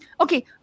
Okay